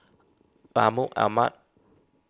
Mahmud Ahmad